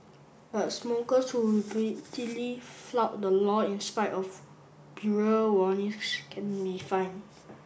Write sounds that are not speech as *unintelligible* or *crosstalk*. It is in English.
but smokers who repeatedly flout the law in spite of *unintelligible* warnings can be fined